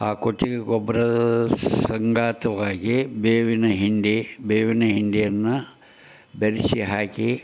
ಆ ಕೊಟ್ಟಿಗೆ ಗೊಬ್ಬರ ಸಂಗತವಾಗಿ ಬೇವಿನ ಹಿಂಡಿ ಬೇವಿನ ಹಿಂಡಿಯನ್ನು ಬೆರೆಸಿ ಹಾಕಿ